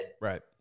right